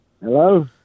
Hello